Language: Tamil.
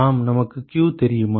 ஆம் நமக்கு q தெரியுமா